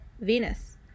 Venus